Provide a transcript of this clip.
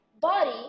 body